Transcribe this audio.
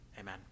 amen